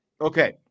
Okay